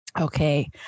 Okay